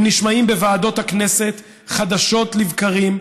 הם נשמעים בוועדות הכנסת חדשות לבקרים.